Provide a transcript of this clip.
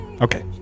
Okay